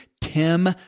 Tim